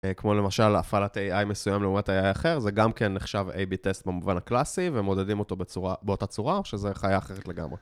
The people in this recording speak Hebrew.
כמו למשל, להפעלת AI מסוים לעומת AI אחר זה גם כן נחשב AB-Test במובן הקלאסי ומודדים אותו באותה צורה, או שזו חיי אחרת לגמרי